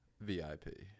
VIP